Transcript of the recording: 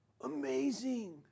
Amazing